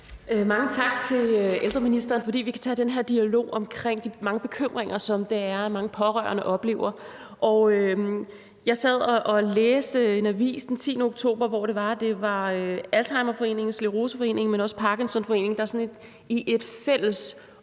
Mange tak til ældreministeren, fordi vi kan tage den her dialog omkring de mange bekymringer, som mange pårørende oplever. Jeg sad og læste en avis den 10. oktober, hvor Alzheimerforeningen, Scleroseforeningen og Parkinsonforeningen i et fælles opråb